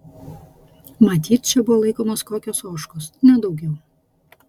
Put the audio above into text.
matyt čia buvo laikomos kokios ožkos nedaugiau